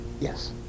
Yes